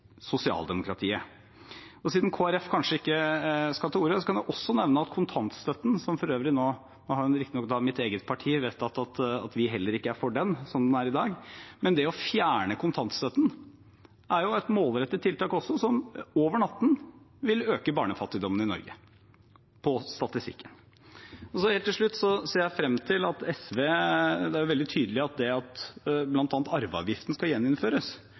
sosialdemokratiet. Og siden Kristelig Folkeparti kanskje ikke skal ta ordet, kan jeg også nevne kontantstøtten – som for øvrig nå riktignok også mitt eget parti har vedtatt at heller ikke vi er for, slik den er i dag. Men det å fjerne kontantstøtten er jo også et målrettet tiltak som over natten vil øke barnefattigdommen i Norge – på statistikken. Helt til slutt: Det er veldig tydelig at bl.a. det at arveavgiften skal gjeninnføres, er